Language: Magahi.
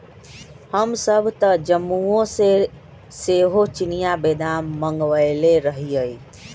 हमसभ तऽ जम्मूओ से सेहो चिनियाँ बेदाम मँगवएले रहीयइ